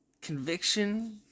conviction